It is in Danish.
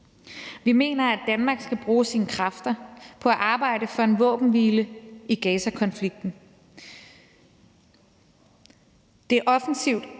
Vi mener, at Danmark skal bruge sine kræfter på at arbejde for en våbenhvile i Gazakonflikten. Det offensivt